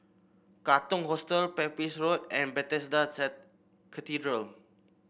Katong Hostel Pepys Road and Bethesda Cathedral